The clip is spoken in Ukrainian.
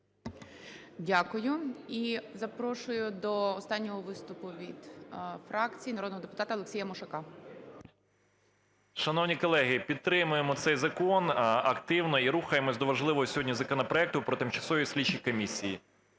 Дякую. І запрошую до останнього виступу від фракцій народного депутата Олексія Мушака. 12:54:09 МУШАК О.П. Шановні колеги, підтримуємо цей закон активно і рухаємось до важливого сьогодні законопроекту про тимчасові слідчі комісії.